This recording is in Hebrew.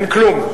אין כלום.